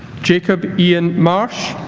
jacob ian marsh